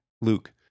Luke